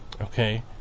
okay